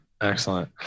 Excellent